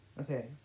Okay